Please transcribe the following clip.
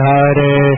Hare